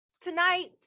Tonight